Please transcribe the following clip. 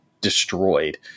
destroyed